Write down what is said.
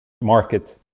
market